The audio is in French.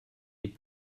des